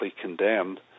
condemned